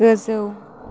गोजौ